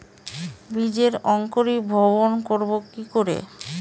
বীজের অঙ্কোরি ভবন করব কিকরে?